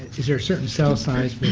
is there certain cell size